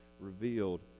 revealed